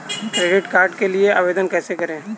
Credit card के लिए आवेदन कैसे करें?